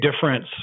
difference